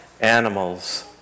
animals